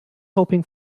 hoping